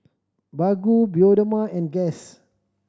Baggu Bioderma and Guess